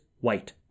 white